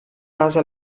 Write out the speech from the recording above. base